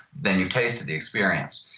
then you've tasted the experience.